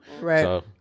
Right